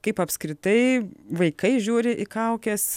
kaip apskritai vaikai žiūri į kaukes